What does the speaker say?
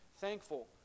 Thankful